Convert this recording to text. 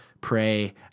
pray